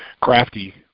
crafty